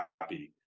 happy